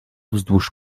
wzdłuż